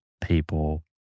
people